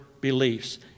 beliefs